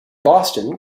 boston